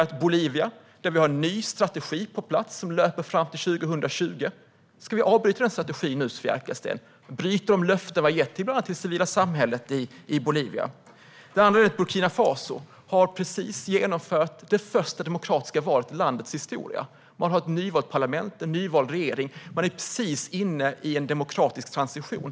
För Bolivia har vi en ny strategi på plats, som löper fram till 2020. Ska vi avbryta den strategin nu, Sofia Arkelsten? Ska vi bryta de löften vi har gett, bland annat till det civila samhället i Bolivia? Burkina Faso har precis genomfört det första demokratiska valet i landets historia. Man har ett nyvalt parlament och en nyvald regering. Man är mitt i en demokratisk transition.